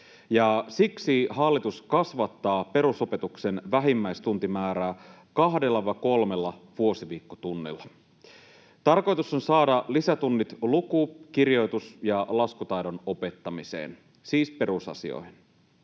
Siksi hallitus kasvattaa perusopetuksen vähimmäistuntimäärää 2–3 vuosiviikkotunnilla. Tarkoitus on saada lisätunnit luku-, kirjoitus- ja laskutaidon opettamiseen, siis perusasioihin.